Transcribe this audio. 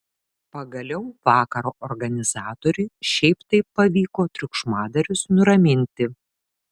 pagaliau vakaro organizatoriui šiaip taip pavyko triukšmadarius nuraminti